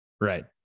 Right